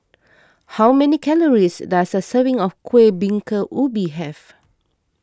how many calories does a serving of Kueh Bingka Ubi have